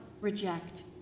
reject